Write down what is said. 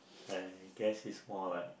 I guess it's more like